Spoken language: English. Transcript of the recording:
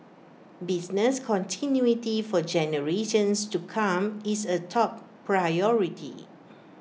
business continuity for generations to come is A top priority